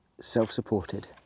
self-supported